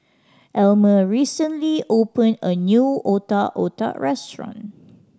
Almer recently opened a new Otak Otak restaurant